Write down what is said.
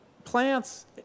Plants